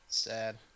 sad